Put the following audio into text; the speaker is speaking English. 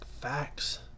facts